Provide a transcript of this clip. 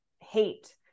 hate